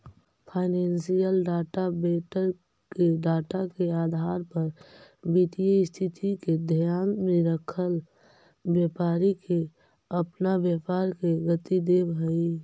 financial data vendor के data के आधार पर वित्तीय स्थिति के ध्यान में रखल व्यापारी के अपना व्यापार के गति देवऽ हई